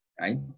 right